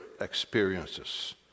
experiences